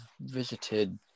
visited